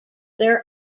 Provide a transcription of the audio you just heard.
their